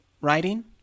writing